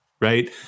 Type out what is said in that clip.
right